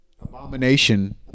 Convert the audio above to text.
Abomination